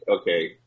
okay